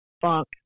funk